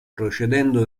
procedendo